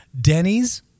Denny's